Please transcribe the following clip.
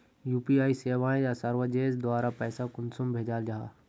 UPI सेवाएँ या services द्वारा पैसा कुंसम भेजाल जाहा?